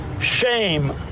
Shame